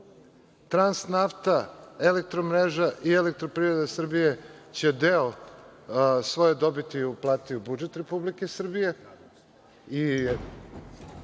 „Transnafta“, „Elektromreža“ i „Elektroprivreda Srbije“ će deo svoje dobiti uplatiti u budžet Republike Srbije,